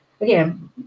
Again